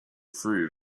through